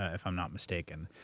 ah if i'm not mistaken,